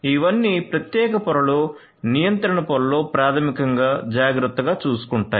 ఇవన్నీ ప్రత్యేక పొరలో నియంత్రణ పొరలో ప్రాథమికంగా జాగ్రత్తగా చూసుకుంటాయి